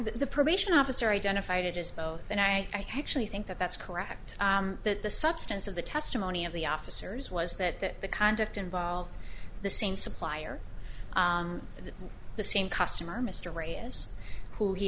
the probation officer identified as both and i actually think that that's correct that the substance of the testimony of the officers was that the conduct involved the same supplier and the same customer mr ray is who he